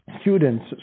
students